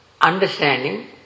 understanding